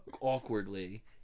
awkwardly